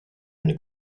eine